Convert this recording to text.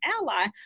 ally